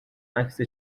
عکس